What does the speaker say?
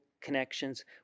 connections